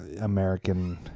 American